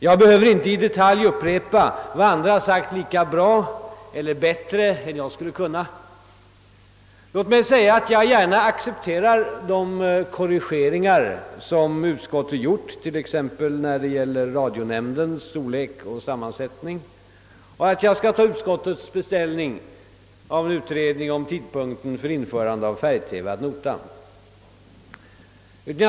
Jag behöver inte i detalj upprepa vad andra har uttryckt lika bra eller bättre än jag skulle kunna. Låt mig säga att jag gärna accepterar de korrigeringar som utskottet gjort, t.ex. när det gäller radionämndens storlek och sammansättning, och att jag skall ta utskottets beställning av en utredning om tidpunkten för införandet av färg-TV ad notam.